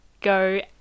go